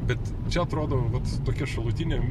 bet atrodo vat tokia šalutinė